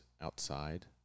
outside